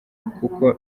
kuko